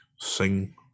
sing